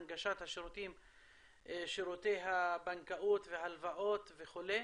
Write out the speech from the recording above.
הנגשת שירותי הבנקאות והלוואות וכו'.